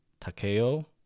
Takeo